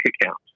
account